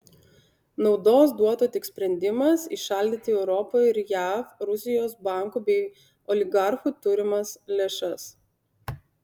naudos duotų tik sprendimas įšaldyti europoje ir jav rusijos bankų bei oligarchų turimas lėšas